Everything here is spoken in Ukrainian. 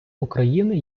україни